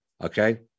Okay